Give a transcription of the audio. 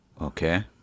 Okay